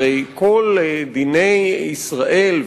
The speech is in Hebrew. הרי כל דיני ישראל,